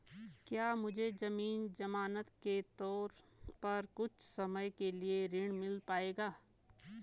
क्या मुझे ज़मीन ज़मानत के तौर पर कुछ समय के लिए ऋण मिल पाएगा?